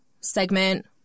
segment